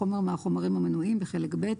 חומר מהחומרים המנויים בחלק ב'